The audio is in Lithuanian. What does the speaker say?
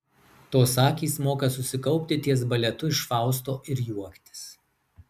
tos akys moka susikaupti ties baletu iš fausto ir juoktis